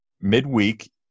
midweek